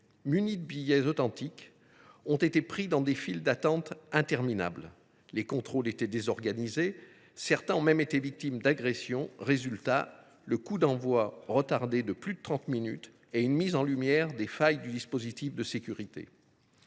munis de billets authentiques, ont été pris dans d’interminables files d’attente. Les contrôles étaient désorganisés. Certains ont même été victimes d’agressions. Résultat, un coup d’envoi retardé de plus de trente minutes et une mise en lumière des failles du dispositif de sécurité.